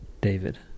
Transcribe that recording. David